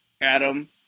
Adam